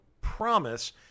promise